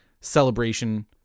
celebration